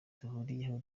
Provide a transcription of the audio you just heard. duhuriyeho